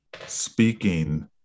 speaking